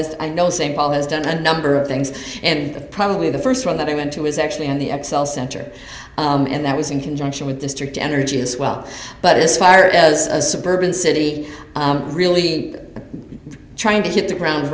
as i know same paul has done a number of things and probably the first one that i went to is actually in the xcel center and that was in conjunction with district energy as well but this fire as a suburban city really trying to hit the ground